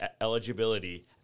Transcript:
eligibility